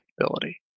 capability